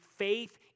Faith